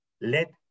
let